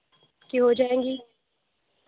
کی ہو جائیں گی